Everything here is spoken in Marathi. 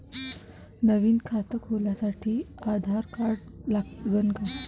नवीन खात खोलासाठी आधार कार्ड लागन का?